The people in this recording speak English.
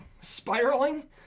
Spiraling